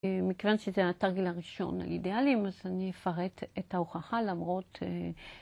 מכיוון שזה התרגיל הראשון על אידאלים, אז אני אפרט את ההוכחה למרות...